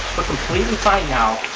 we're completely fine now.